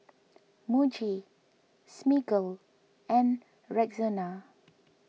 Muji Smiggle and Rexona